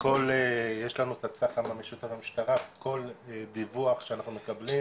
יש לנו קשר עם המשטרה, וכל דיווח שאנחנו מקבלים